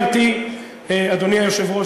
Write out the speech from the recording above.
אדוני היושב-ראש,